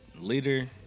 leader